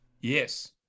Yes